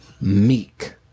meek